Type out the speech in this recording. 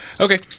Okay